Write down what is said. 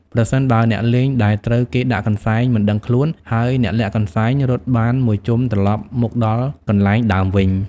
ប្រសិនបើអ្នកលេងដែលត្រូវគេដាក់កន្សែង មិនដឹងខ្លួន ហើយអ្នកលាក់កន្សែងរត់បានមួយជុំត្រឡប់មកដល់កន្លែងដើមវិញ ។